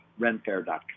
RenFair.com